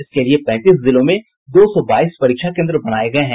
इसके लिए पैंतीस जिलों में दो सौ बाईस परीक्षा केन्द्र बनाये गये हैं